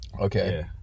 Okay